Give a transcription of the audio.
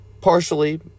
Partially